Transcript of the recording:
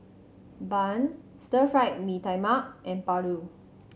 bun Stir Fried Mee Tai Mak and paru